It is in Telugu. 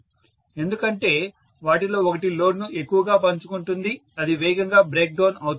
ఎందుకంటే వాటిలో ఒకటి లోడ్ను ఎక్కువగా పంచుకుంటుంది అది వేగంగా బ్రేక్ డౌన్ అవుతుంది